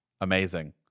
amazing